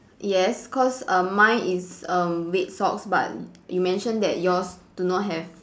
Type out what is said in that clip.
yes cause err mine is err red socks but you mention that yours do not have